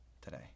today